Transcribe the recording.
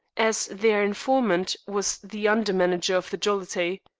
as their informant was the under-manager of the jollity.